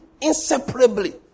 inseparably